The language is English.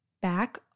Back